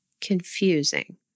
confusing